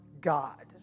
God